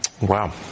Wow